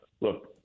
look